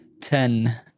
Ten